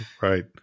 Right